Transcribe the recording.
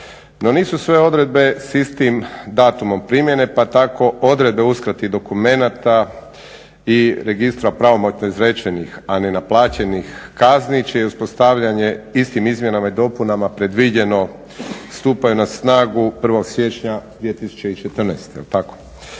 No, nisu sve odredbe s istim datumom primljene pa tako odredbe o uskrati dokumenata i registra pravomoćno izrečenih, a nenaplaćenih kazni čije je uspostavljanje istim izmjenama i dopunama predviđeno stupaju na snagu 1. siječnja 2014.